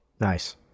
Nice